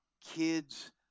kids